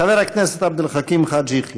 חבר הכנסת עבד אל חכים חאג' יחיא.